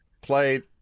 played